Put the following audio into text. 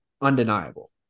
undeniable